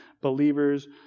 believers